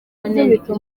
nteko